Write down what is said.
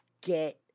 get